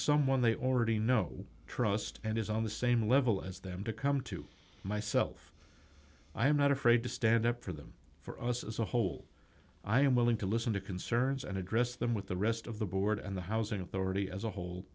someone they already know trust and is on the same level as them to come to myself i am not afraid to stand up for them for us as a whole i am willing to listen to concerns and address them with the rest of the board and the housing authority as a whole